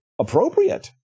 appropriate